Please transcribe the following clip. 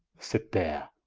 sit there,